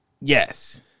Yes